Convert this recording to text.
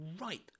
Right